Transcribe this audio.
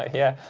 ah yeah,